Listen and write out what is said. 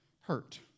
hurt